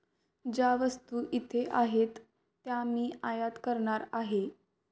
ज्या वस्तू इथे आहेत त्या मी आयात करणार आहे